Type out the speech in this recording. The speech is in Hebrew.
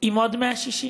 עם עוד 160,